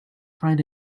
find